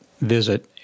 visit